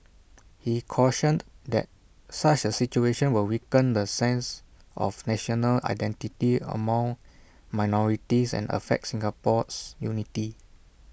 he cautioned that such A situation will weaken the sense of national identity among minorities and affect Singapore's unity